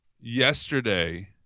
yesterday